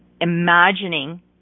imagining